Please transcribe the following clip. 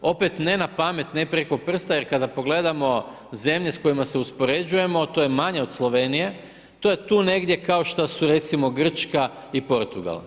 Opet ne napamet, ne preko prsta, jer kada pogledamo zemlje s kojima se uspoređujemo to je manje od Slovenije, to je tu negdje kao što su recimo Grčka i Portugal.